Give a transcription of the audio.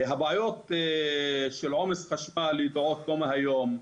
הבעיות של עומס חשמל ידועות לא מהיום,